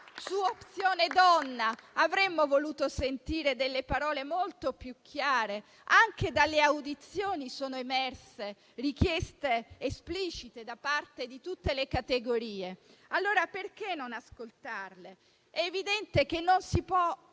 Su opzione donna avremmo voluto sentire delle parole molto più chiare. Anche dalle audizioni sono emerse richieste esplicite da parte di tutte le categorie; allora perché non ascoltarle? È evidente che non si può